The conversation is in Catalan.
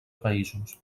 països